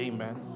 Amen